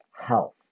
health